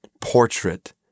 portrait